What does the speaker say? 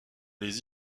les